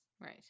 Right